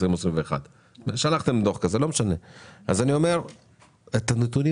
2020 או 2021. אז אני אומר שאת הנתונים